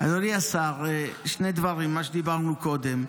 אדוני השר, שני דברים, מה שדיברנו קודם.